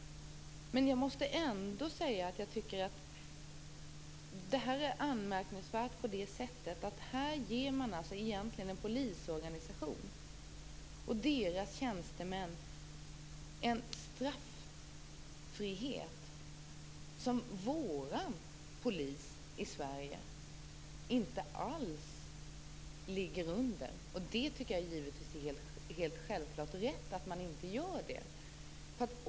Ändå måste jag säga att jag tycker att detta är anmärkningsvärt så till vida att man här egentligen ger en polisorganisation och dess tjänstemän straffrihet som vår svenska polis inte alls lyder under. Självklart tycker jag att det är rätt att man inte gör det.